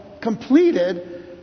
completed